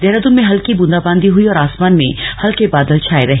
देहरादून में हल्की ब्रंदा बांदी हुई और आसमान में हल्के बादल छाए रहे